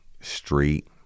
Street